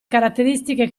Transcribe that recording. caratteristiche